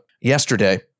yesterday